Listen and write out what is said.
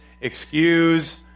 excuse